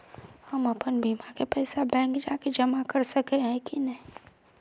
हम अपन बीमा के पैसा बैंक जाके जमा कर सके है नय?